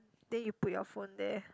then you put your phone there